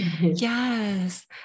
yes